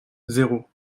zéro